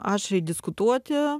aštriai diskutuoti